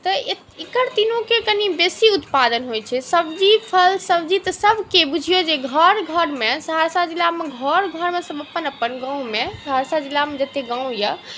तऽ एकर तीनूके कनि बेसी उत्पादन होइ छै सब्जी फल सब्जी तऽ सबके बुझिऔ जे सबके घर घरमे सहरसा जिलामे घर घरमे सब अपन अपन गाममे सहरसा जिलामे जतऽ गाम अइ